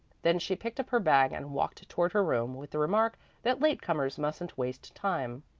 then she picked up her bag and walked toward her room with the remark that late comers mustn't waste time.